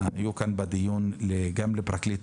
שנהרג גם הוא לפני שנתיים בתאונת